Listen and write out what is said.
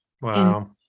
Wow